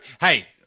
hey